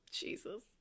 Jesus